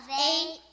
eight